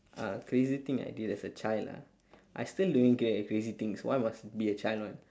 uh crazy thing I did as a child ah I still doing cra~ crazy things why must be a child [one]